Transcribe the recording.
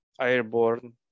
airborne